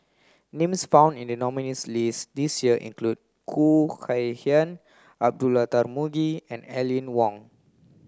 names found in the nominees' list this year include Khoo Kay Hian Abdullah Tarmugi and Aline Wong